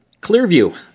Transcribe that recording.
Clearview